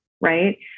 right